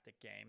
game